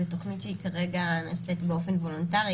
זו תוכנית שכרגע נעשית באופן וולונטרי,